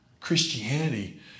Christianity